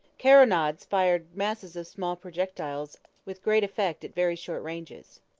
carronades fired masses of small projectiles with great effect at very short ranges.